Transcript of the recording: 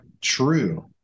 true